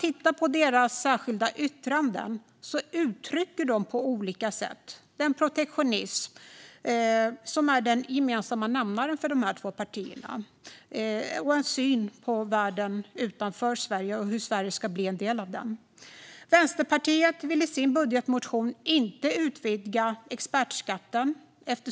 I sina särskilda yttranden uttrycker de på olika sätt den protektionism som är den gemensamma nämnaren för dessa två partier och en syn på världen utanför Sverige och hur Sverige ska bli en del av den. Vänsterpartiet vill i sin budgetmotion inte utvidga expertskatten.